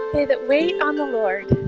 they that wait on the lord